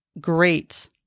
great